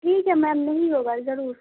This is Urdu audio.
ٹھیک ہے میم نہیں ہوگا ضرور